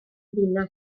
ddinas